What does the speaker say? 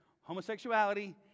Homosexuality